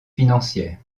financière